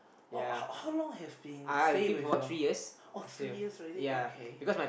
oh how how long have been staying with your oh three years already okay